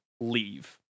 leave